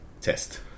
test